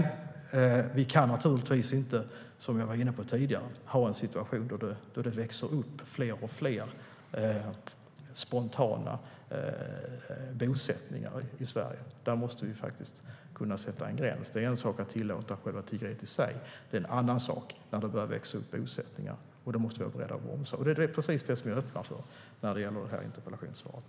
Som jag var inne på tidigare kan vi naturligtvis inte ha en situation där det växer upp allt fler spontana bosättningar i Sverige. Där måste vi faktiskt kunna sätta en gräns. Det är en sak att tillåta tiggeriet i sig och en annan när det börjar växa upp bosättningar. Där måste vi vara beredda att bromsa, och det är precis vad jag öppnar för i interpellationssvaret.